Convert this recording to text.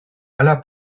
aller